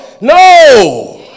no